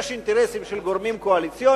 יש אינטרסים של גורמים קואליציוניים,